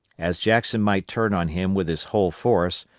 as jackson might turn on him with his whole force,